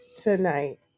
tonight